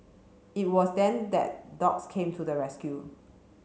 it was then that dogs came to the rescue